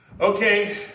okay